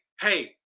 hey